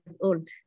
old